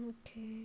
okay